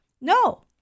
No